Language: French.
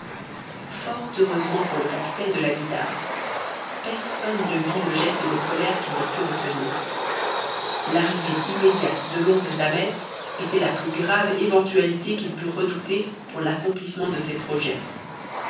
fort heureusement pour le capitaine de la guïdare personne ne vit le geste de colère qu'il ne put retenir l'arrivée immédiate de l'oncle d'ahmet était la plus grave éventualité qu'il pût redouter pour l'accomplissement de ses projets